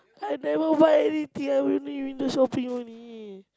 I never buy anything I only window shopping only